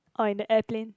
or in the airplane